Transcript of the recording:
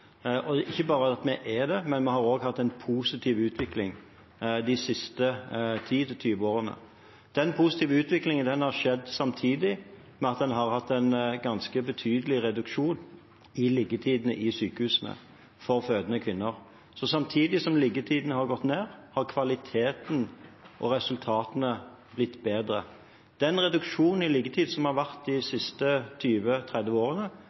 ikke bare at vi er det, men vi har også hatt en positiv utvikling de siste 10–20 årene. Den positive utviklingen har skjedd samtidig med at en har hatt en ganske betydelig reduksjon i liggetiden i sykehusene for fødende kvinner. Så samtidig som liggetiden har gått ned, har kvaliteten og resultatene blitt bedre. Den reduksjonen i liggetid som har vært de siste 20–30 årene,